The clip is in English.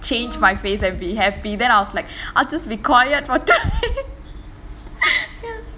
change my face and be happy then I was like I'll just be quiet for twen~ ya